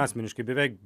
asmeniškai beveik